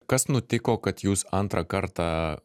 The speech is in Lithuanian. kas nutiko kad jūs antrą kartą